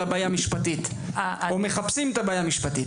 הבעיה המשפטית או מחפשים את הבעיה המשפטית.